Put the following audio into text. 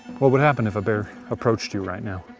what would happen if a bear approached you right now?